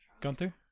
Gunther